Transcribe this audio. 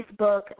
Facebook